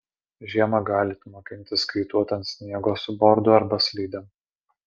žiemą galit mokintis kaituot ant sniego su bordu arba slidėm